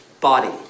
body